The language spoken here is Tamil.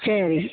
சரி